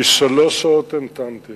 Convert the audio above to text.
אני המתנתי